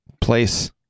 place